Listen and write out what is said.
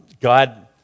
God